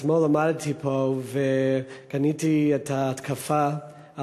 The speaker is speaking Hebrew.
אתמול עמדתי פה וגיניתי את ההתקפה,